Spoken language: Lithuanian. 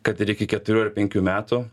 kad ir iki keturių ar penkių metų